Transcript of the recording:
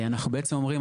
אנחנו בעצם אומרים,